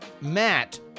Matt